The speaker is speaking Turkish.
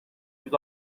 yüz